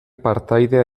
partaidea